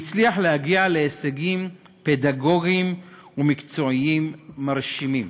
והצליח להגיע להישגים פדגוגיים ומקצועיים מרשימים.